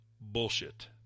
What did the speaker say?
bullshit